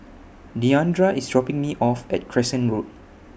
Deandra IS dropping Me off At Crescent Road